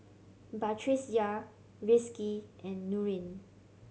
Batrisya Rizqi and Nurin